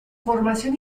formación